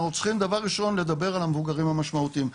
אנחנו צריכים דבר ראשון לדבר על המבוגרים המשמעותיים.